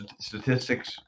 statistics